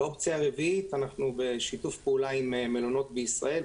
אופציה רביעית אנחנו בשיתוף פעולה עם מלונות בישראל,